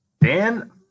Dan